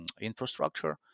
infrastructure